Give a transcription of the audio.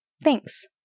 thanks